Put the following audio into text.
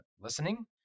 listening